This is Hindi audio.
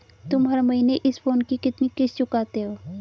तुम हर महीने इस फोन की कितनी किश्त चुकाते हो?